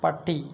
പട്ടി